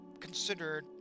considered